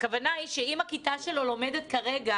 הכוונה היא שאם הכיתה שלו לומדת כרגע